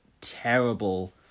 terrible